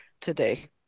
today